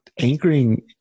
anchoring